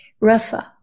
Rafa